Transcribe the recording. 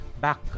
back